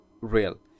real